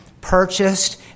purchased